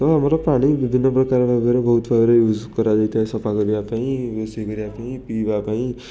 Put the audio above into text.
ଏବଂ ଆମର ପାଣି ବିଭିନ୍ନପ୍ରକାର ଭାବରେ ବହୁତ ଭାବରେ ୟୁଜ୍ କରାଯାଇଥାଏ ସଫା କରିବାପାଇଁ ରୋଷେଇ କରିବାପାଇଁ ପିଇବାପାଇଁ